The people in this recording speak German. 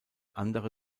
andere